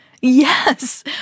Yes